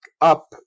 up